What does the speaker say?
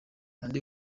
andy